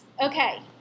Okay